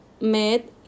made